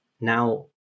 now